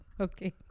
Okay